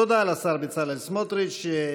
תודה לשר בצלאל סמוטריץ.